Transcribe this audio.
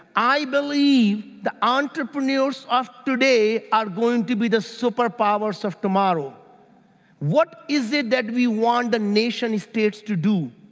i believe the entrepreneurs of today are going to be the superpowers of tomorrow what is it that we want the nation's kids to to do?